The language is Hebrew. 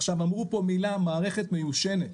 עכשיו אמרו פה מילה מערכת מיושנת,